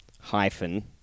hyphen